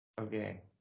Okay